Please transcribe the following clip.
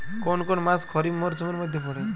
কোন কোন মাস খরিফ মরসুমের মধ্যে পড়ে?